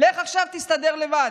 לך עכשיו תסתדר לבד.